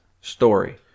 story